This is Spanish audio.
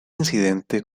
incidente